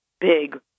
big